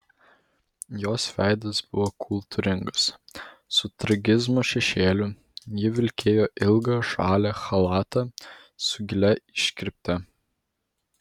jos veidas buvo kultūringas su tragizmo šešėliu ji vilkėjo ilgą žalią chalatą su gilia iškirpte